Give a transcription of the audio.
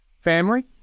family